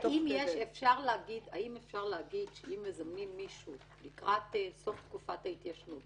האם אפשר להגיד שאם מזמנים מישהו לקראת סוף תקופת ההתיישנות